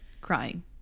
crying